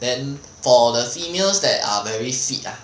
then for the females that are very fit ah